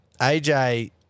AJ